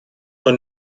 von